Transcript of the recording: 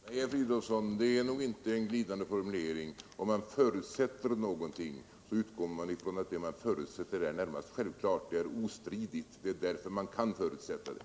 Herr talman! Nej, det är nog inte en glidande formulering. Om man förutsätter någonting, utgår man från att det man förutsätter är närmast självklart. Det är ostridigt, och det är därför man kan förutsätta det.